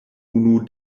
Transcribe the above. unu